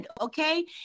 Okay